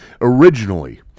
originally